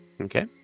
Okay